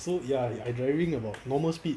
so ya I driving about normal speed